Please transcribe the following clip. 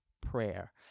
prayer